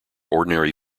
ordinary